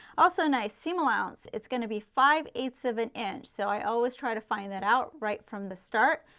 also nice seam allowance, it's going to be five eight ths of an inch. so i always try to find that out right from the start.